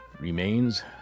remains